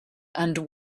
and